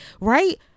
right